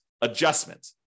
adjustment